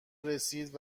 رسید